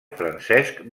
francesc